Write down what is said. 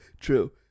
true